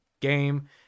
game